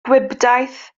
gwibdaith